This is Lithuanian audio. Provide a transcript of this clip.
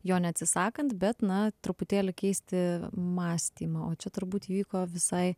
jo neatsisakant bet na truputėlį keisti mąstymą o čia turbūt įvyko visai